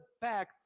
back